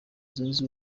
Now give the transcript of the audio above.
zunze